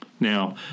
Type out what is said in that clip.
Now